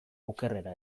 okerrera